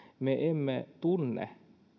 me emme tunne